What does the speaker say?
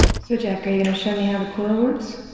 so jack, are you going to show me how the coil works?